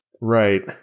Right